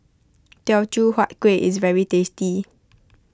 Teochew Huat Kueh is very tasty